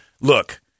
look